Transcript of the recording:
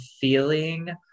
feeling